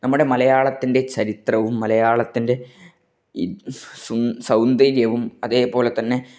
നമ്മുടെ മലയാളത്തിൻ്റെ ചരിത്രവും മലയാളത്തിൻ്റെ സൗന്ദര്യവും അതേപോലെ തന്നെ